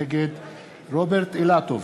נגד רוברט אילטוב,